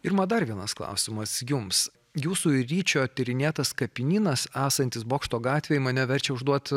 irma dar vienas klausimas jums jūsų ir ryčio tyrinėtas kapinynas esantis bokšto gatvėje mane verčia užduoti